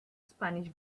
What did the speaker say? spanish